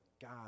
God